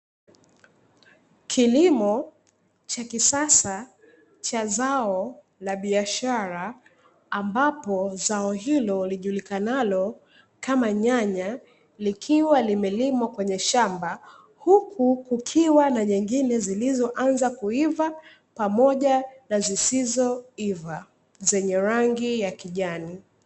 Kilimo cha kisasa cha zao la biashara, ambapo zao hilo lijulikanalo kama nyanya, likiwa limelimwa kwenye shamb,a huku kukiwa na nyingine zilizoanza kuiva, pamoja na zisizoiva zenye rangi ya kijani.